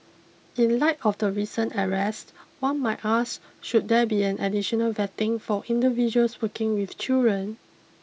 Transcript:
in light of the recent arrest one might ask should there be an additional vetting for individuals working with children